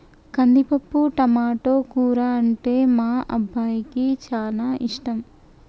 కందిపప్పు టమాటో కూర అంటే మా అబ్బాయికి చానా ఇష్టం